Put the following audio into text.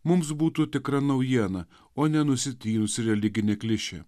mums būtų tikra naujiena o nenusitrynusi religinė klišė